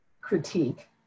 critique